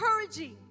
encouraging